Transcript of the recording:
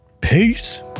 Peace